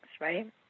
right